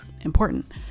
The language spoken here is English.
important